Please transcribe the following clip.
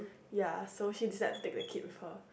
ya so she decided to take the kid with her